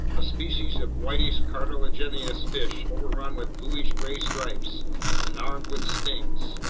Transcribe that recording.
a species of whitish cartilaginous fish overrun with bluish gray stripes and armed with stings,